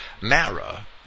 Mara